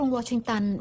Washington